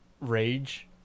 rage